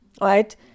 Right